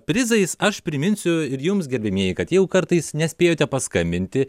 prizais aš priminsiu ir jums gerbiamieji kad jeigu kartais nespėjote paskambinti